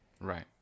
Right